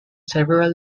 several